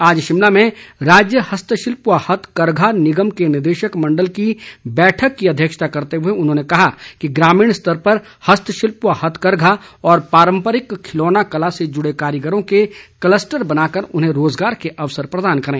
आज शिमला में राज्य हस्तशिल्प व हथकरघा निगम के निदेशक मंडल की बैठक की अध्यक्षता करते हुए उन्होंने कहा कि ग्रामीण स्तर पर हस्तशिल्प व हथकरघा और पारंपरिक खिलौना कला से जूड़े कारीगरों के कलस्टर बनाकर उन्हें रोजगार के अवसर प्रदान करें